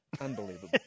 Unbelievable